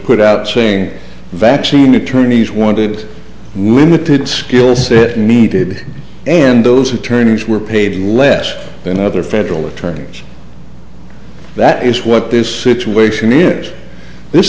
out saying vaccine attorneys wanted limited skill set needed and those who turners were paid less than other federal attorneys that is what this situation is this